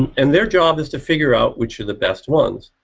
and their job is to figure out which are the best ones,